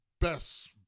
Best